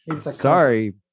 sorry